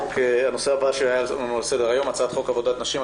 הנושא הבא שעל הסדר-היום: הצעת חוק עבודת נשים (תיקון מס'